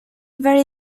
very